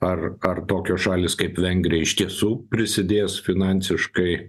ar ar tokios šalys kaip vengrija iš tiesų prisidės finansiškai